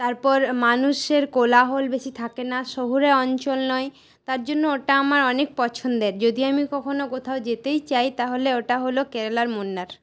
তারপর মানুষের কোলাহল বেশি থাকে না শহুরে অঞ্চল নয় তার জন্য ওটা আমার অনেক পছন্দের যদি আমি কখনও কোথাও যেতেই চাই তাহলে ওটা হল কেরালার মুন্নার